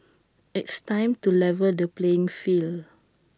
it's time to level the playing field